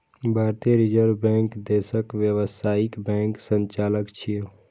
भारतीय reserve bank देशक व्यावसायिक बैंकक संचालक छियै